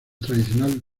tradicional